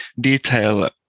detail